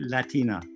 Latina